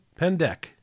Pendek